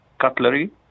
cutlery